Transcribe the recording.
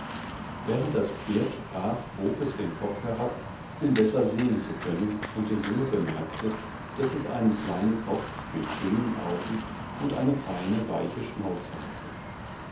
während das pferd sprach bog es den kopf herab um besser sehen zu können und der junge bemerkte daß es einen kleinen kopf mit schönen augen und eine feine weiche schnauze hatte